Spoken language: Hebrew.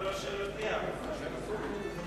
חוק עובדים זרים (תיקון